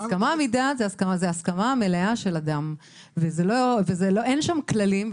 הסכמה מדעת זאת הסכמה מלאה של אדם, אין שם כללים.